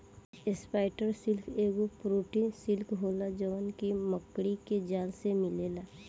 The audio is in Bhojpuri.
स्पाइडर सिल्क एगो प्रोटीन सिल्क होला जवन की मकड़ी के जाल से मिलेला